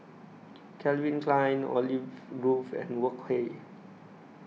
Calvin Klein Olive Grove and Wok Hey